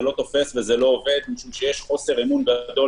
זה לא תופס וזה לא עובד משום שיש חוסר אמון גדול